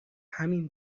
همین